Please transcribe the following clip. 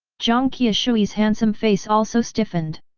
jiang qiushui's handsome face also stiffened.